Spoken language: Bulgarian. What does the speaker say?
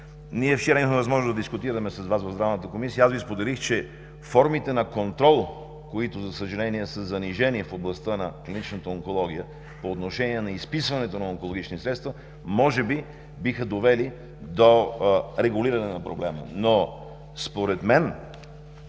Ние вчера имахме възможност да дискутираме с Вас в Здравната комисия и аз Ви споделих, че формите на контрол, които, за съжаление, са занижени в областта на клиничната онкология по отношение на изписването на онкологични средства, може би биха довели до регулиране на проблема. Според мен